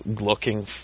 looking